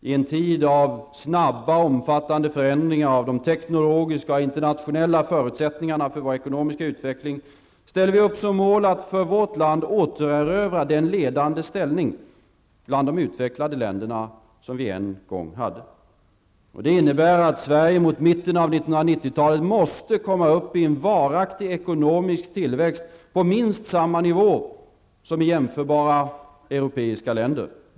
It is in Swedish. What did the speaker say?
I en tid av snabba och omfattande förändringar av de teknologiska och internationella förutsättningarna för vår ekonomiska utveckling ställer vi upp som mål att för vårt land återerövra den ledande ställning bland de utvecklade länderna som vi en gång hade. Det innebär att Sverige mot mitten av 1990-talet måste komma upp i en varaktig ekonomisk tillväxt på minst samma nivå som i jämförbara europeiska länder.